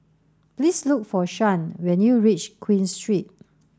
please look for Shan when you reach Queen Street